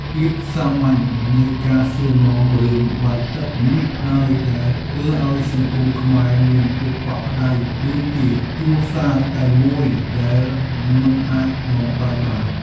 ភាពសាមញ្ញនៃការសួរនាំរឿងបាយទឹកនេះហើយដែលធ្វើឱ្យសង្គមខ្មែរមានភាពកក់ក្តៅដូចជាគ្រួសារតែមួយដែលមិនអាចបំបែកបាន។